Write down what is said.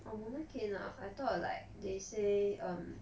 oh mulan came out I thought like they say um